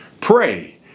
Pray